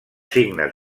signes